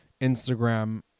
Instagram